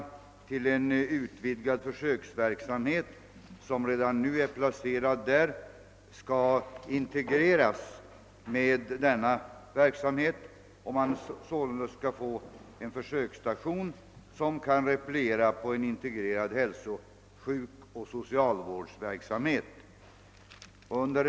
Det vore därför önskvärt att de centrala skolmyndigheterna utformade nya regler och bestämmelser i dessa frågor, så klara och entydiga, att ärenden av detta slag får en likformig behandling i hela landet och icke kan tolkas på olika sätt, varvid riskerna för misstanke om »godtycklighet» också kan elimineras.